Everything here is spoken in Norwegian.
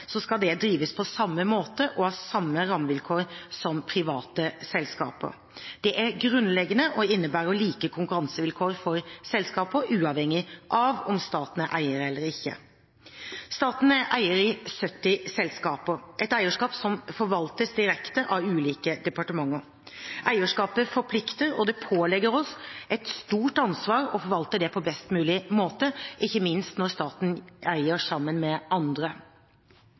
skal drives på samme måte og ha samme rammevilkår som private selskaper. Dette er grunnleggende og innebærer like konkurransevilkår for selskaper, uavhengig av om staten er eier eller ikke. Staten er eier i 70 selskaper, et eierskap som forvaltes direkte, av ulike departementer. Eierskapet forplikter, og det pålegger oss et stort ansvar å forvalte det på best mulig måte, ikke minst når staten eier sammen med andre.